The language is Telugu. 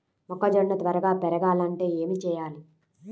మొక్కజోన్న త్వరగా పెరగాలంటే ఏమి చెయ్యాలి?